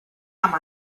amb